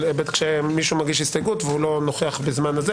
כשמישהו מגיש הסתייגות והוא לא נוכח בזמן הזה,